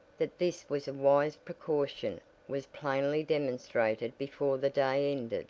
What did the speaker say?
that this was a wise precaution was plainly demonstrated before the day ended.